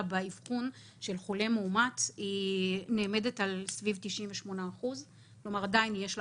באבחון של חולה מאומת נאמדת סביב 98%. עדיין יש לה